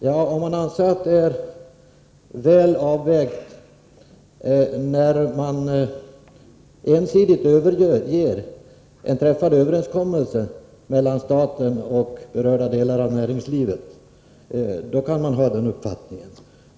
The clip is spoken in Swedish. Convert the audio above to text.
Ja, om man anser att det är väl avvägt att ensidigt överge en träffad överenskommelse mellan staten och berörda delar av näringslivet, då kan man ha den uppfattningen.